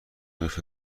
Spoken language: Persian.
قیف